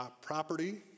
property